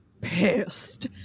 pissed